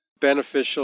beneficial